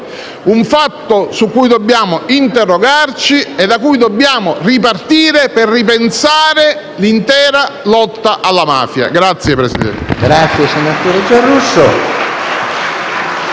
un fatto su cui dobbiamo interrogarci e da cui dobbiamo ripartire per ripensare l'intera lotta alla mafia. *(Applausi